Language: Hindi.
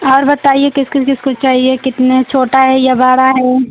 और बताइये किसको किसको चाहिये कितने छोटा है या बड़ा है